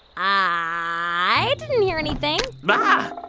i didn't hear anything but